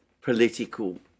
political